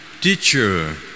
Teacher